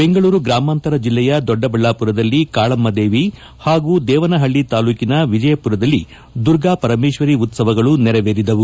ಬೆಂಗಳೂರು ಗ್ರಾಮಾಂತರ ಜಿಲ್ಲೆಯ ದೊಡ್ಡಬಳ್ಣಾಪುರದಲ್ಲಿ ಕಾಳಮ್ನದೇವಿ ಹಾಗೂ ದೇವನಹಳ್ಳಿ ತಾಲೂಕಿನ ವಿಜಯಪುರದಲ್ಲಿ ದುರ್ಗಾಪರಮೇಶ್ವರಿ ಉತ್ತವಗಳು ನೆರವೇರಿದವು